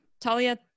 Talia